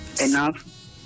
enough